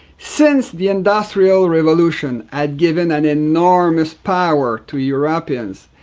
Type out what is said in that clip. since the industrial revolution had given an enormous power to europeans,